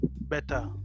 better